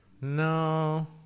no